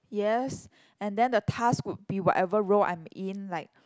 yes and then the task would be whatever role I'm in like